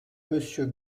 monsieur